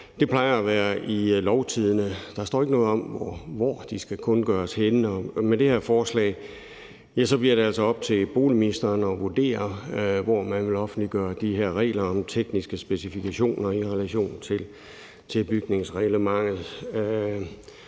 Det plejer at være i Lovtidende. Der står ikke noget om, hvor de skal kundgøres henne, og med det her forslag bliver det altså op til boligministeren at vurdere, hvor man vil offentliggøre de her regler om tekniske specifikationer i relation til bygningsreglementet.